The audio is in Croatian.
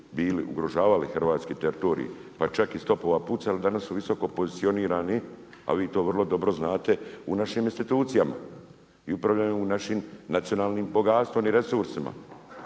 bili ugrožavali hrvatski teritorij, pa čak iz topova pucali danas su visoko pozicionirani, a vi to vrlo dobro znate u našim institucijama i upravljaju našim nacionalnim bogatstvom i resursima.